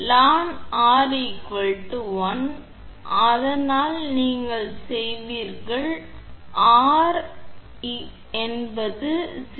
எனவே ln 𝑅 1 அதனால் நீங்கள் செய்வீர்கள் ஆ get r என்பது 0